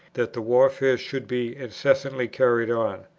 that the warfare should be incessantly carried on.